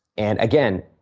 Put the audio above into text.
and again,